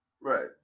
Right